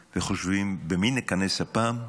וחושבים, במי ניכנס הפעם.